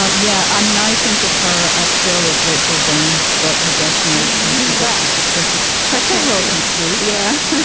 um yeah. i mean, i think of her as still as rachel zane, but i guess. no, she's das of sussex hetero from suit. yeah.